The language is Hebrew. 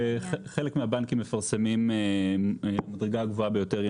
בחלק מהבנקים המדרגה הגבוהה ביותר היא